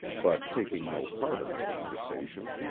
but taking no part in the conversation,